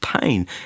pain